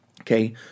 Okay